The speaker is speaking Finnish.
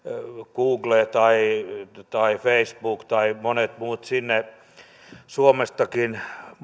google tai tai facebook tai monet muut sinne suomestakin